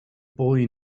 boy